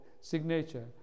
signature